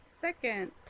second